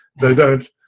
they don't